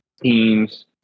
teams